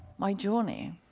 my journey.